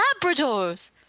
Labradors